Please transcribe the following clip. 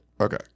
Okay